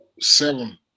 seven